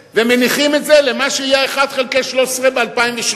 ומניחים את זה למה שיהיה 1 חלקי 12 ב-2013,